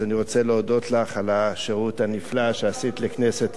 אז אני רוצה להודות לך על השירות הנפלא שעשית לכנסת ישראל.